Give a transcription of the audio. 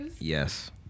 Yes